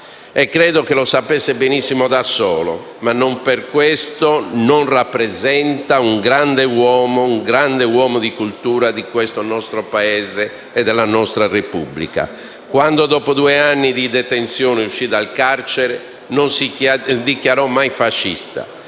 credo che lo sapesse benissimo da solo, ma non per questo non rappresenta un grande uomo di cultura del nostro Paese e della nostra Repubblica. Quando dopo due anni di detenzione uscì dal carcere, non si dichiarò mai fascista